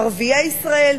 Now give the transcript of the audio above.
ערביי ישראל,